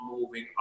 moving